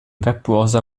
webbrowser